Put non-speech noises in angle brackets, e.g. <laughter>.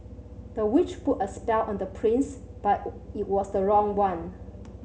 the witch put a spell on the prince but <unintelligible> it was the wrong one